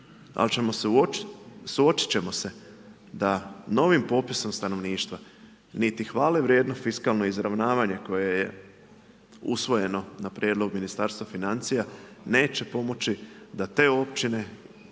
se suočiti ćemo se, da novim popisom stanovništva niti hvale vrijedno fiskalno izravnavanje, koje je usvojeno na prijedlog Ministarstva financija, neće pomoći, da te općine,